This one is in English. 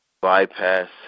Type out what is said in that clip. bypass